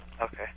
Okay